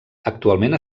actualment